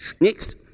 Next